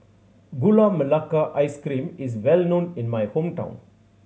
Gula Melaka Ice Cream is well known in my hometown